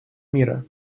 мира